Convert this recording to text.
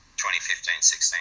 2015-16